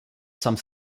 some